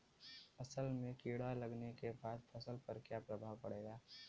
असल में कीड़ा लगने के बाद फसल पर क्या प्रभाव पड़ेगा?